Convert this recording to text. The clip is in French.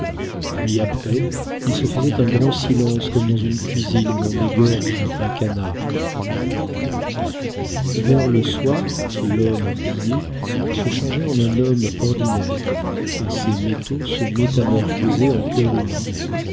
puis après il se faisait un grand silence comme dans une cuisine où l'on égorge un canard vers le soir lhomme billet se changeait en un homme ordinaire et ses métaux se métamorphosaient en cœur humain